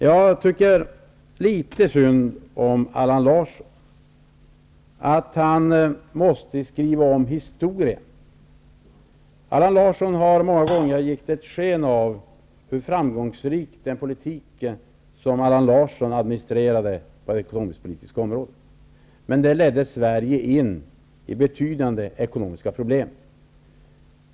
Jag tycker litet synd om Allan Larsson för att han måste skriva om historien. Allan Larsson har många gånger gett sken av hur framgångsrik den politik var som Allan Larsson administrerade på det ekonomisk-politiska området. Men den ledde Sverige in i betydande ekonomiska problem.